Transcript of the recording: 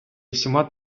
усіма